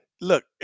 look